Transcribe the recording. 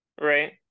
right